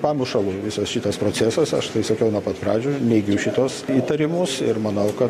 pamušalu visas šitas procesas aš sakiau nuo pat pradžių neigiu šituos įtarimus ir manau kad